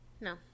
No